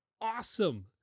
awesome